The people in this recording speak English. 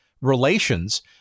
relations